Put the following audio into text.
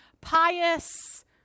pious